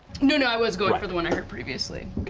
no, no, i was going for the one i hurt previously.